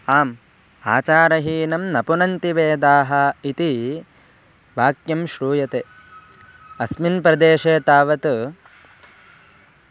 आम् आचारहीनं न पुनन्ति वेदाः इति वाक्यं श्रूयते अस्मिन् प्रदेशे तावत्